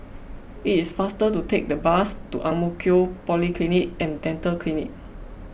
it is faster to take the bus to Ang Mo Kio Polyclinic and Dental Clinic